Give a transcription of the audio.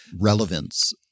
relevance